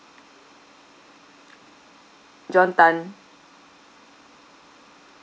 john tan